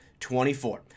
24